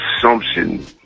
assumption